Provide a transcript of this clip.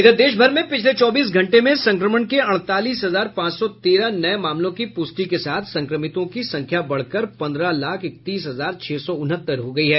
इधर देश भर में पिछले चौबीस घंटे में संक्रमण के अड़तालीस हजार पांच सौ तेरह नये मामलों की पुष्टि के साथ संक्रमितों की संख्या बढ़कर पंद्रह लाख इकतीस हजार छह सौ उनहत्तर हो गई है